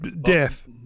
death